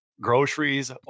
groceries